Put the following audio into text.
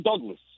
Douglas